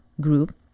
group